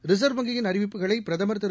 reserve வங்கியின் அறிவிப்புகளை பிரதமர் திரு